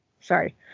Sorry